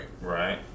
Right